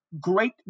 great